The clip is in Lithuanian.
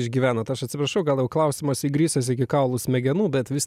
išgyvenot aš atsiprašau gal jau klausimas įgrisęs iki kaulų smegenų bet vis